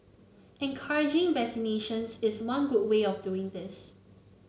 encouraging vaccinations is one good way of doing this